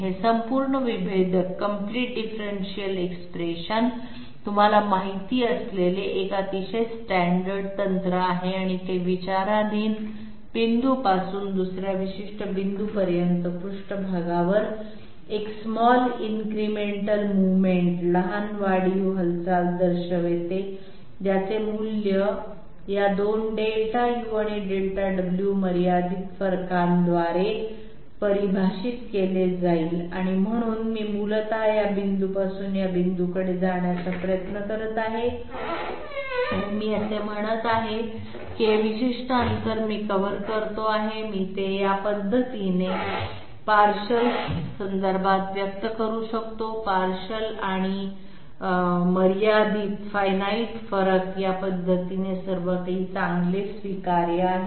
हे संपूर्ण विभेदक तुम्हाला माहित असलेले एक अतिशय स्टॅंडर्ड तंत्र आहे आणि ते विचाराधीन बिंदूपासून दुसर्या विशिष्ट बिंदूपर्यंत पृष्ठभागावर एक लहान वाढीव हालचाल दर्शवते ज्याचे मूल्य या 2 डेल्टा u आणि डेल्टा w मर्यादित फरकांद्वारे परिभाषित केले जाईल म्हणून मी मूलत या बिंदूपासून या बिंदूकडे जाण्याचा प्रयत्न करत आहे आणि मी असे म्हणत आहे की हे विशिष्ट अंतर मी कव्हर करत आहे मी ते या पद्धतीने अंशांच्या संदर्भात व्यक्त करू शकतो partial आणि मर्यादित फरक या पद्धतीने सर्व काही चांगले स्वीकार्य आहे